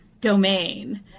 domain